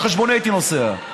על חשבוני הייתי נוסע.